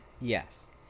Yes